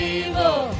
evil